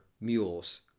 mules